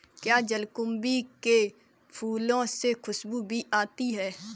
क्या जलकुंभी के फूलों से खुशबू भी आती है